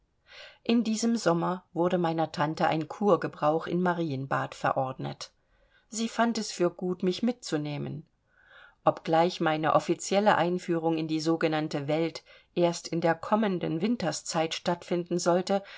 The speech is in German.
in diesem sommer wurde meiner tante ein kurgebrauch in marienbad verordnet sie fand es für gut mich mitzunehmen obgleich meine offizielle einführung in die sogenannte welt erst in der kommenden winterszeit stattfinden sollte